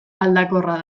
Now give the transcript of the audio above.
aldakorra